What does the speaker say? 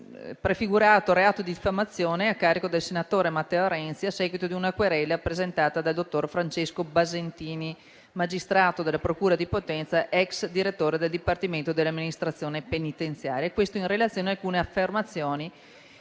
un prefigurato reato di diffamazione a carico del senatore Matteo Renzi a seguito di una querela presentata dal dottor Francesco Basentini, magistrato della procura di Potenza, ex direttore del Dipartimento dell'amministrazione penitenziaria,